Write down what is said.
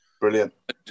Brilliant